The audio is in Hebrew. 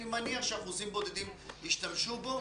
אני מניח שאחוזים בודדים ישתמשו בו,